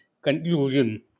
conclusion